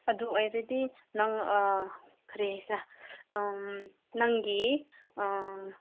ꯑꯗꯨ ꯑꯣꯏꯔꯗꯤ ꯅꯪ ꯀꯔꯤ ꯍꯥꯏꯁꯤꯔꯥ ꯅꯪꯒꯤ